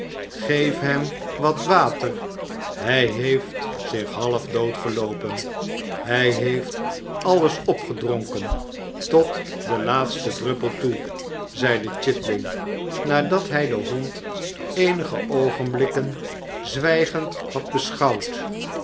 geef hem wat water hij heeft zich half dood geloopen hij heeft alles opgedronken tot den laatsten druppel toe zeide chitling nadat hij den hond eenige oogenblikken zwijgend had beschouwd